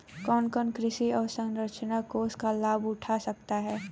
कौन कौन कृषि अवसरंचना कोष का लाभ उठा सकता है?